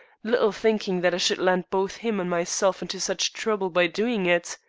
little thinking that i should land both him and myself into such trouble by doing it.